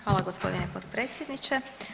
Hvala gospodine potpredsjedniče.